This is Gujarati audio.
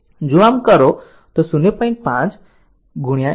જો આમ કરો તો તે 0